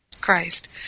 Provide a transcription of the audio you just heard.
Christ